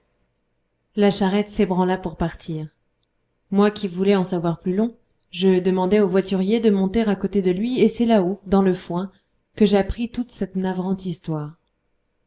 la charrette s'ébranla pour partir moi qui voulais en savoir plus long je demandai au voiturier de monter à côté de lui et c'est là-haut dans le foin que j'appris toute cette navrante histoire